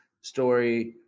story